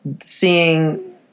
seeing